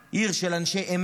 עיר של אנשי אמת,